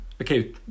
okay